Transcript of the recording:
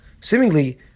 seemingly